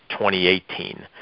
2018